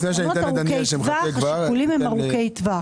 בחסכונות ארוכי טווח השיקולים הם ארוכי טווח.